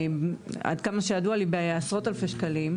עד כמה שידוע לי בעשרות אלפי שקלים.